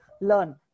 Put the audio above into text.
learn